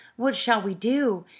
what shall we do?